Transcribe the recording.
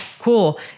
cool